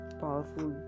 powerful